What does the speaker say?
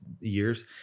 years